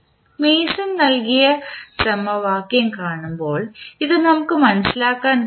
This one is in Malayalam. മേസൺ നൽകിയ സമവാക്യം കാണുമ്പോൾ ഇത് നമുക്ക് മനസിലാക്കാൻ കഴിയും